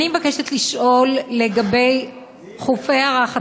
אני מבקשת לשאול לגבי חופי הרחצה.